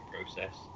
process